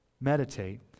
Meditate